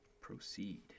Proceed